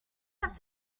have